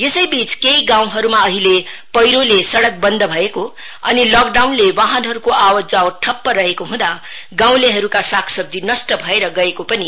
यसैबीच केही ठाउँहरूमा अहिले पैह्रोले सडक बन्द भएको अनि लकडाउनले वाहनहरूको आवात जावात ठप्प रहेको हुँदा गाउँलेहरूका सागसब्जी नष्ट भएर गएको रिपोर्ट छ